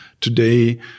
today